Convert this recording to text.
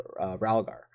ralgar